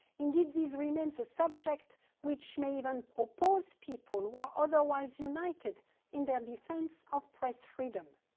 indeed, these remain so subject which may even oppose people who are otherwise united in their defense of press freedom.